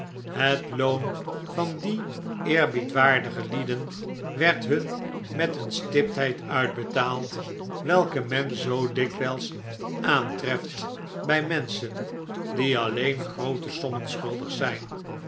het loon van die eerbiedwaardige lieden werd hun met een stiptheid uitbetaald welke men zoo dikwijls aantreft bij menschen die alleen groote sommen schuldig zijn